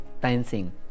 dancing